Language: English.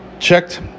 checked